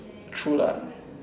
true lah